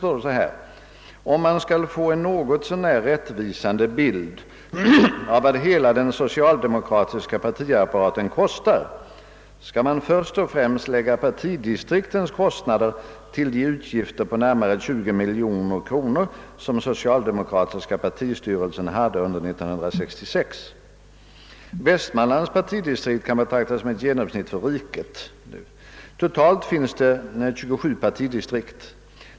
I kommentaren heter det: »Om man skall få en något så när rättvisande bild av vad hela den socialdemokratiska partiapparaten kostar skall man först och främst lägga partidistriktens kostnader till de utgifter på närmare 20 miljoner kronor som social demokratiska partistyrelsen hade under 1966. Västmanlands partidistrikt kan betraktas som ett genomsnitt för riket. Totalt finns det 27 partidistrikt.